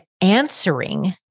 answering